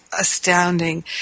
astounding